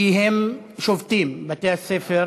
כי הם שובתים, בתי-הספר